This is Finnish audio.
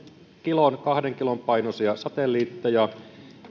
kilon kahden kilon painoisia satelliitteja